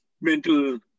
mental